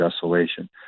desolation